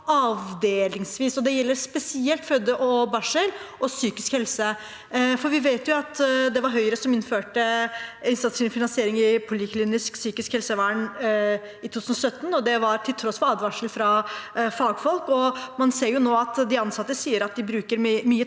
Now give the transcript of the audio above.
avdelingsvis. Det gjelder spesielt føde og barsel og psykisk helse. Vi vet at det var Høyre som innførte innsatsstyrt finansiering i poliklinisk psykisk helsevern i 2017, og det til tross for advarsler fra fagfolk. Man ser nå at de ansatte sier de bruker mye